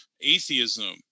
atheism